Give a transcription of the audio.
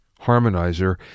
harmonizer